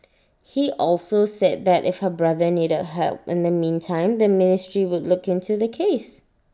he also said that if her brother needed help in the meantime the ministry would look into the case